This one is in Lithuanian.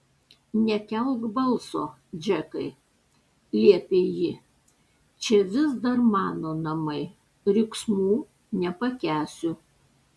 nekelk balso džekai liepė ji čia vis dar mano namai riksmų nepakęsiu